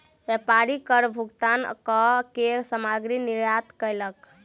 व्यापारी कर भुगतान कअ के सामग्री निर्यात कयलक